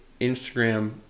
Instagram